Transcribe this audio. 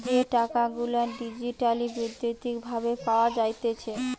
যে টাকা গুলা ডিজিটালি বৈদ্যুতিক ভাবে পাওয়া যাইতেছে